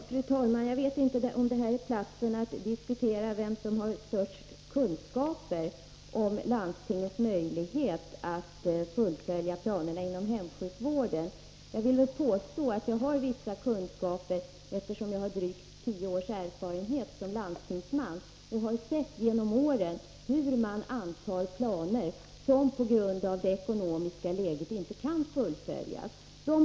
Fru talman! Jag vet inte om detta är rätta platsen att diskutera vem som har störst kunskaper om landstingens möjligheter att fullfölja planerna för hemsjukvården. Jag vill påstå att jag har vissa kunskaper, eftersom jag har drygt tio års erfarenhet som landstingsman och genom åren har sett hur man antar planer, som på grund av det ekonomiska läget inte kan fullföljas.